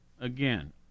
Again